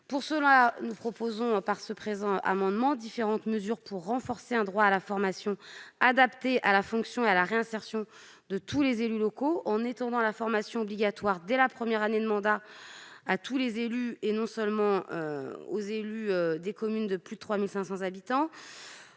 Pour ce faire, nous proposons différentes mesures pour renforcer un droit à la formation adaptée à la fonction et à la réinsertion de tous les élus locaux. Il s'agit d'étendre la formation obligatoire dès la première année de mandat à tous les élus et non plus seulement aux élus délégués des communes de plus de 3 500 habitants